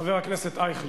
חבר הכנסת אייכלר.